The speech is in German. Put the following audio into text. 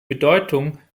bedeutung